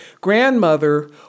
grandmother